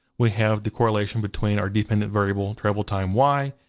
we have the correlation between our dependent variable travel time, y,